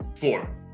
Four